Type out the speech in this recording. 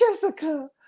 Jessica